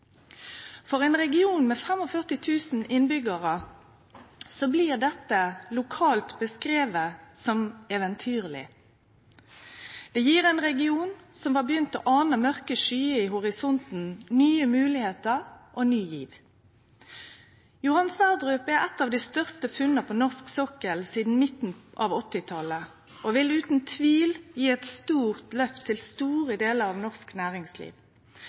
For ein region med 45 000 innbyggjarar blir dette lokalt beskrive som eventyrleg. Det gjev ein region som har begynt å ane mørke skyar i horisonten, nye moglegheiter og ny gjev. Johan Sverdrup er eit av dei største funna på norsk sokkel sidan midten av 1980-talet og vil utan tvil gje eit stort løft til store delar av norsk næringsliv.